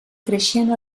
creixent